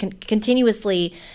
continuously